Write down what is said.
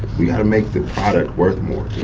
we gotta make the product worth more,